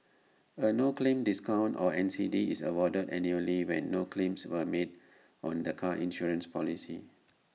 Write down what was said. A no claim discount or N C D is awarded annually when no claims were made on the car insurance policy